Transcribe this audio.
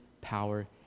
power